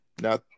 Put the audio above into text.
now